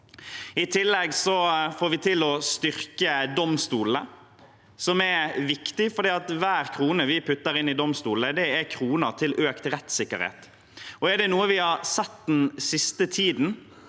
I tillegg får vi til å styrke domstolene. Det er viktig, for hver krone vi putter inn i domstolene, er kroner til økt rettssikkerhet. Er det noe vi har sett den siste tiden,